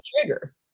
trigger